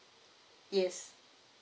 yes